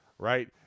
Right